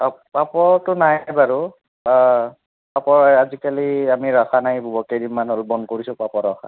পা পাপৰটো নাই বাৰু পাপৰ আজিকালি আমি ৰাখা নাই সেইবোৰ কেইদিনমান হ'ল বন্ধ কৰিছোঁ পাপৰ ৰখা